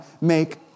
make